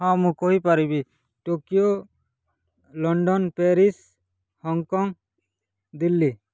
ହଁ ମୁଁ କହିପାରିବି Tokyo London Paris Hong Kong Delhi